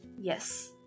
Yes